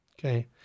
okay